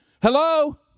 Hello